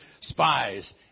spies